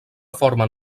formen